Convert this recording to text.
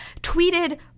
tweeted